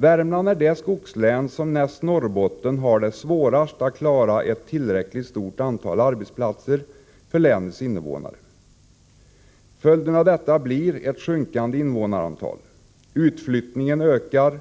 Värmland är det skogslän som näst Norrbotten har det svårast att klara ett tillräckligt stort antal arbetsplatser för länets invånare. Följden av detta blir ett sjunkande invånarantal. Utflyttningen ökar.